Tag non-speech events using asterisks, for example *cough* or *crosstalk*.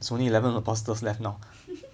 *laughs*